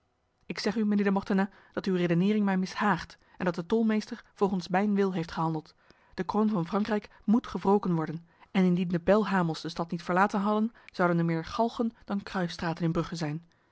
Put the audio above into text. ik zeg u mijnheer de mortenay dat uw redenering mij mishaagt en dat de tolmeester volgens mijn wil heeft gehandeld de kroon van frankrijk moet gewroken worden en indien de belhamels de stad niet verlaten hadden zouden er meer galgen dan kruisstraten in brugge zijn